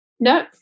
No